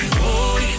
boy